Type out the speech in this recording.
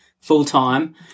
full-time